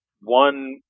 one